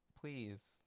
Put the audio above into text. please